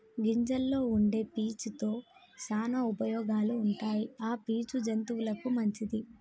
గింజల్లో వుండే పీచు తో శానా ఉపయోగాలు ఉంటాయి ఆ పీచు జంతువులకు మంచిది